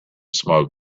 smoke